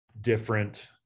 different